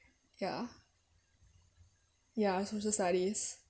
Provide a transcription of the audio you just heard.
ya ya social studies